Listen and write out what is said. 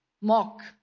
mock